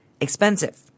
expensive